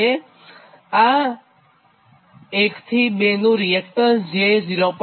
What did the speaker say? અને આ 1 થી 2 નું રીએક્ટન્સ j0